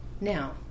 Now